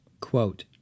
quote